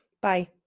Bye